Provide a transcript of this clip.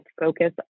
focus